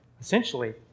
essentially